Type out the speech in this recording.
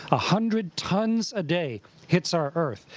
a hundred tonnes a day hits our earth.